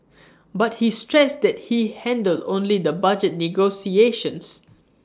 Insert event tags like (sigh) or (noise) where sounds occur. (noise) but he stressed that he handled only the budget negotiations (noise)